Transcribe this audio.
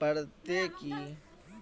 पड़ते की?